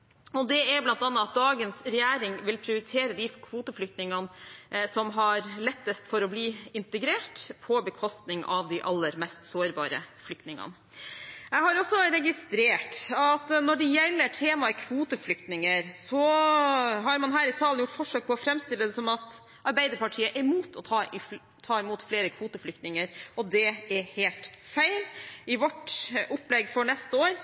viktige unntak her, bl.a. at dagens regjering vil prioritere de kvoteflyktningene som har lettest for å bli integrert, på bekostning av de aller mest sårbare flyktningene. Jeg har også registrert at når det gjelder temaet kvoteflyktninger, har man her i salen gjort forsøk på å framstille det som om Arbeiderpartiet er mot å ta imot flere kvoteflyktninger. Det er helt feil. I vårt opplegg for neste år